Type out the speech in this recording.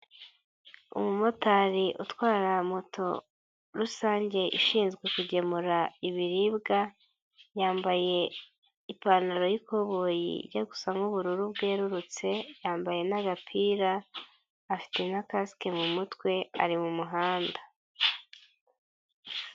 Umumotari utwara moto rusange ishinzwe kugemura ibiribwa, yambaye ipantaro y'ikoboyi ijya gusa nk'ubururu bwerurutse, yambaye n'agapira afite na kasike mu mutwe, ari mu muhanda.